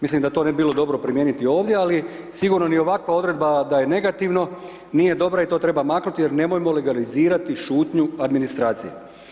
Mislim da to ne bi bilo dobro primijeniti ovdje ali sigurno ni ovakva odredba da je negativno nije dobra i to treba maknuti jer nemojmo legalizirati šutnju administracije.